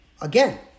Again